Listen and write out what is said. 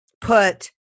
Put